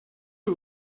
que